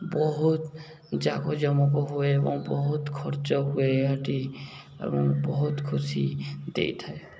ବହୁତ ଜାକଜମକ ହୁଏ ଏବଂ ବହୁତ ଖର୍ଚ୍ଚ ହୁଏ ଏହାଟି ଏବଂ ବହୁତ ଖୁସି ଦେଇଥାଏ